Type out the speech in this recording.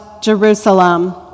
Jerusalem